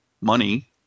money